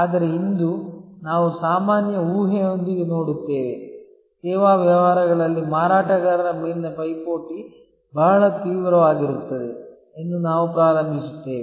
ಆದರೆ ಇಂದು ನಾವು ಸಾಮಾನ್ಯ ಊಹೆಯೊಂದಿಗೆ ನೋಡುತ್ತೇವೆ ಸೇವಾ ವ್ಯವಹಾರಗಳಲ್ಲಿ ಮಾರಾಟಗಾರರ ಮೇಲಿನ ಪೈಪೋಟಿ ಬಹಳ ತೀವ್ರವಾಗಿರುತ್ತದೆ ಎಂದು ನಾವು ಪ್ರಾರಂಭಿಸುತ್ತೇವೆ